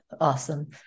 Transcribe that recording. awesome